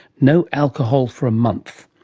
no alcohol for a month.